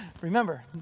Remember